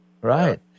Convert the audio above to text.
Right